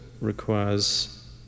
requires